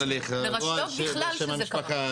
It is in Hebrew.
לרשויות בכלל שזה קרה.